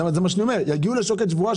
זה מה שאני אומר הם יגיעו לשוקת שבורה.